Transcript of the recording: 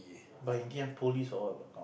but in the end police or what got come